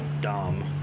dumb